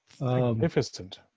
Magnificent